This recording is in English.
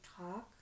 talk